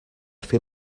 fer